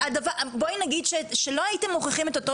בואי נניח שלא הייתם מוכיחים את אותו